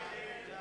ההסתייגות